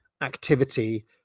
activity